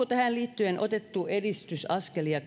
tähän liittyen otettu edistysaskelia